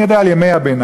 אני יודע על ימי הביניים,